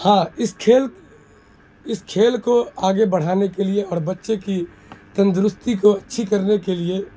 ہاں اس کھیل اس کھیل کو آگے بڑھانے کے لیے اور بچے کی تندرستی کو اچھی کرنے کے لیے